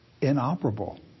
inoperable